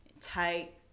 tight